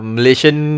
Malaysian